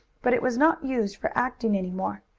but it was not used for acting any more,